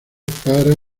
para